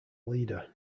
leader